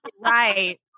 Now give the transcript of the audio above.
Right